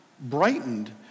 brightened